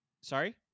sorry